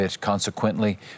consequently